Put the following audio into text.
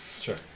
sure